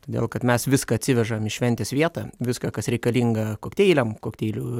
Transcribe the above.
todėl kad mes viską atsivežam į šventės vietą viską kas reikalinga kokteiliam kokteilių